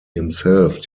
himself